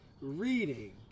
reading